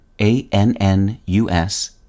A-N-N-U-S